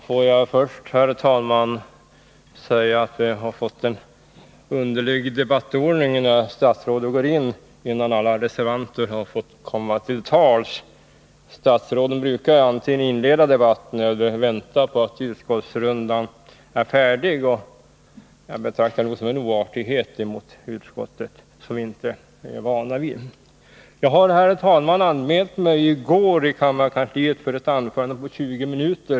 Herr talman! Låt mig först säga att det har blivit en underlig debattordning idetta ärende, i och med att kommunikationsministern tar till orda innan alla reservanter har kommit till tals. Statsråden brukar ju antingen inleda debatten eller vänta på att utskottsrundan är avklarad. Jag betraktar debattordningen i detta ärende som en oartighet mot utskottet, något som vi inte är vana vid. Jag anmälde mig, herr talman, i går till kammarkansliet för ett anförande på 20 minuter.